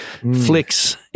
flicks